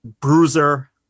Bruiser